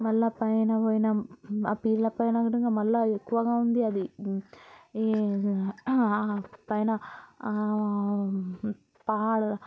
మళ్ళా పైన పోయినాము ఆ పీర్ల పైన కూడా మల్ల ఎక్కువగా ఉంది అది పైన